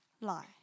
lie